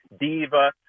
diva